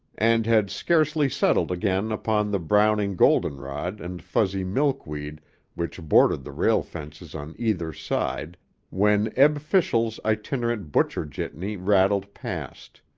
and had scarcely settled again upon the browning goldenrod and fuzzy milkweed which bordered the rail fences on either side when ebb fischel's itinerant butcher-jitney rattled past.